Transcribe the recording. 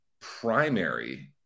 primary